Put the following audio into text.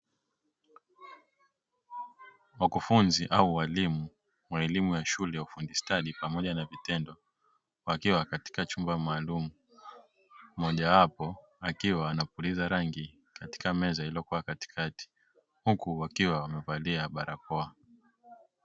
Wakufunzi au waalimu wa elimu ya shule ya ufundi stadi pamoja na vitendo, wakiwa katika chumba maalumu mojawapo akiwa anapuliza rangi katika meza iliyowekwa katikati; huku wakiwa wamevalia barakoa.